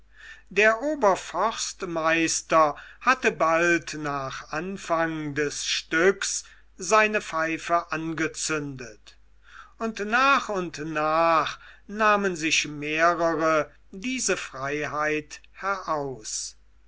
der oberforstmeister hatte bald nach anfang des stückes seine pfeife angezündet und nach und nach nahmen sich mehrere diese freiheit heraus